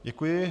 Děkuji.